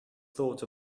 thought